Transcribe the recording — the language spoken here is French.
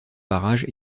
barrage